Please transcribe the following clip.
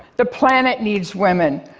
the planet needs women.